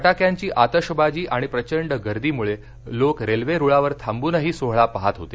फटाक्यांची आतषवाजी आणि प्रचंड गर्दीमुळे लोक रेल्वे रुळावर थांब्रनही सोहळा पाहत होते